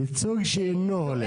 ייצוג שאינו הולם.